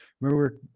Remember